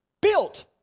built